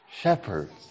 Shepherds